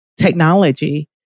technology